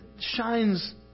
shines